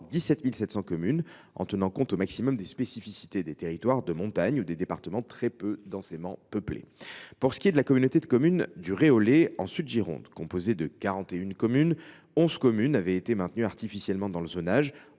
17 700 communes en tenant compte au maximum des spécificités des territoires de montagne ou des départements très peu densément peuplés. Pour ce qui est de la communauté de communes du Réolais en Sud Gironde, composée de 41 communes, 11 communes avaient été maintenues artificiellement dans le zonage